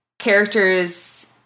character's